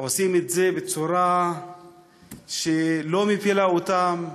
עושים את זה בצורה שלא מפילה אותם.